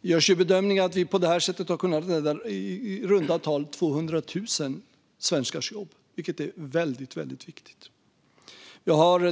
Det bedöms att vi på detta sätt har kunnat rädda i runda tal 200 000 svenskars jobb, vilket är väldigt viktigt.